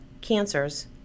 cancers